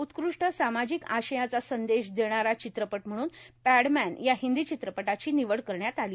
उत्कृष्ट सामाजिक आशयाचा संदेश देणारा चित्रपट म्हणून पॅडमॅन या हिंदी चित्रपटाची निवड करण्यात आली